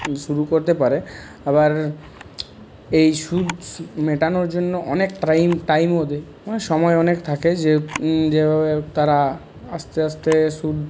শুরু করতে পারে আবার এই সুদ মেটানোর জন্য অনেক ট্রাইম টাইমও দেয় অনেক সময় অনেক থাকে যে যেভাবে তারা আস্তে আস্তে সুদ